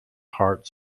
heart